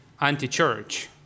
anti-church